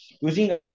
Using